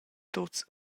tuts